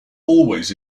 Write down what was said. always